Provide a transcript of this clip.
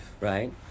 right